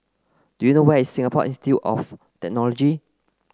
do you know where is Singapore Institute of Technology